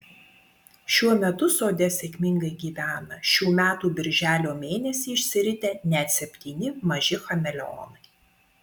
šiuo metu sode sėkmingai gyvena šių metų birželio mėnesį išsiritę net septyni maži chameleonai